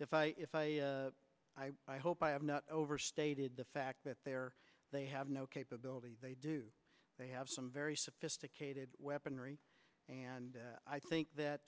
if i if i i i hope i have not overstated the fact that they are they have no capability they do they have some very sophisticated weaponry and i think that